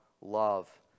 love